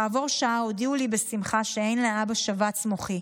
כעבור שעה הודיעו לי בשמחה שאין לאבא שבץ מוחי,